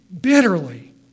bitterly